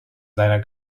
seiner